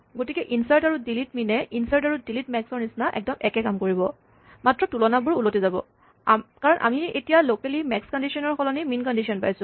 গতিকে ইনচাৰ্ট আৰু delete min এ ইনচাৰ্ট আৰু ডিলিট মেক্স ৰ নিচিনা একদম একে কাম কৰিব মাত্ৰ তুলনাবোৰ ওলটি যাব কাৰণ আমি এতিয়া লোকেলি মেক্স কন্ডিচনৰ সলনি মিন কন্ডিচন পাইছোঁ